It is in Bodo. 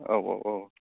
औ औ औ